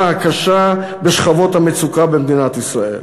הקשה בשכבות המצוקה במדינת ישראל.